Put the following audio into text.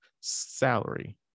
salary